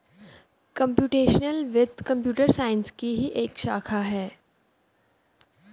computational वित्त computer science की ही एक शाखा है